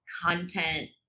content